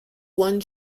one